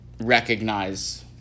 recognize